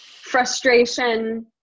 frustration